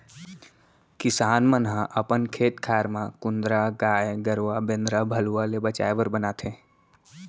किसान मन ह अपन खेत खार म कुंदरा गाय गरूवा बेंदरा भलुवा ले बचाय बर बनाथे